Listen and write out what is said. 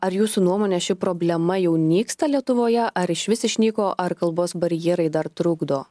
ar jūsų nuomone ši problema jau nyksta lietuvoje ar išvis išnyko ar kalbos barjerai dar trukdo